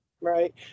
Right